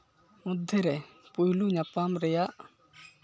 ᱢᱚᱫᱽᱫᱷᱮ ᱨᱮ ᱯᱳᱭᱞᱳ ᱧᱟᱯᱟᱢ ᱨᱮᱭᱟᱜ